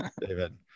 David